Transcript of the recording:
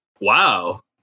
Wow